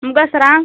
मुगलसरा